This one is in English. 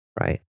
right